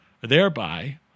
thereby